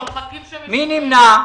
מי נמנע?